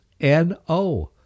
N-O